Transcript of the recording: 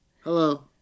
Hello